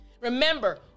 remember